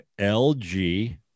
LG